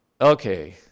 okay